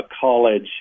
college